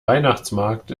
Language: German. weihnachtsmarkt